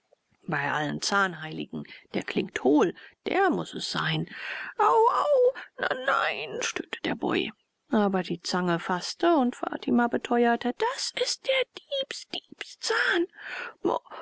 bei allen zahnheiligen der klingt hohl der muß es sein auau neiein stöhnte der boy aber die zange faßte und fatima beteuerte das ist der diebs